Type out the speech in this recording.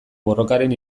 borrokaren